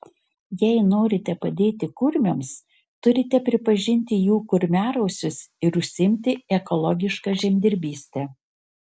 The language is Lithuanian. jei norite padėti kurmiams turite pripažinti jų kurmiarausius ir užsiimti ekologiška žemdirbyste